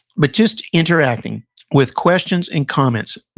but just interacting with questions and comments,